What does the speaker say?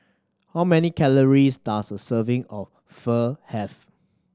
how many calories does a serving of Pho have